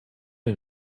and